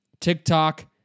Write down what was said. TikTok